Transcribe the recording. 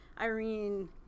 Irene